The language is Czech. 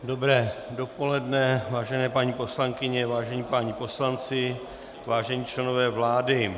Dobré dopoledne, vážené paní poslankyně, vážení páni poslanci, vážení členové vlády.